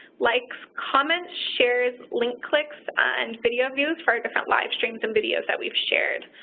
likes, comments, shares, link clicks, and video views for our different live streams and videos that we've shared.